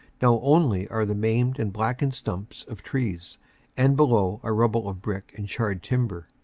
now only are the maimed and blackened stumps of trees and below a rubble of brick and charred timber.